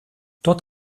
dort